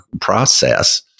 process